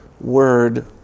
word